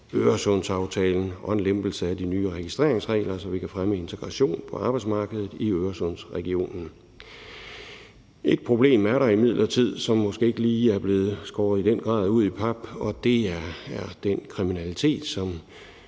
Øresundsaftalen og en lempelse af de nye registreringsregler, så vi kan fremme integration på arbejdsmarkedet i Øresundsregionen. Et problem er der imidlertid, som måske ikke lige i den grad er blevet skåret ud i pap, og det er den kriminalitet, som